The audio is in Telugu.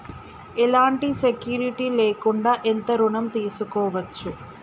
ఎలాంటి సెక్యూరిటీ లేకుండా ఎంత ఋణం తీసుకోవచ్చు?